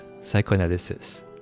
psychoanalysis